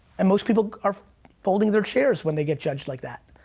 and most people are folding their chairs when they get judged like that.